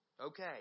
Okay